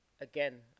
again